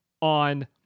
on